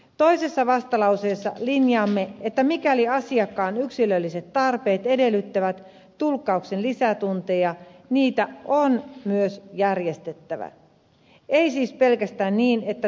toisessa vastalauseessa linjaamme että mikäli asiakkaan yksilölliset tarpeet edellyttävät tulkkauksen lisätunteja niitä on myös järjestettävä ei siis pelkästään niin että tulkkauspalveluja järjestetään